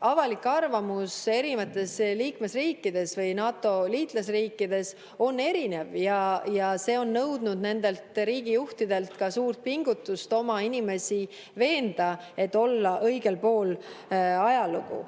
avalik arvamus eri liikmesriikides või NATO liitlasriikides on erinev ja see on nõudnud nendelt riigijuhtidelt ka suurt pingutust oma inimesi veenda, et olla õigel pool ajalugu.